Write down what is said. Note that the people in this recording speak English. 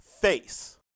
face